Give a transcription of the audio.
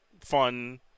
Fun